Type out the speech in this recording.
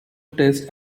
tests